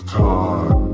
time